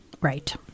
Right